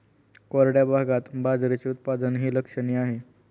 कोरड्या भागात बाजरीचे उत्पादनही लक्षणीय आहे